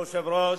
אדוני היושב-ראש,